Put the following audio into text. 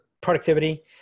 productivity